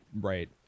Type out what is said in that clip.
Right